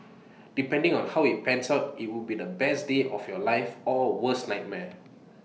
depending on how IT pans out IT would be the best day of your life or worst nightmare